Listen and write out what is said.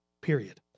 period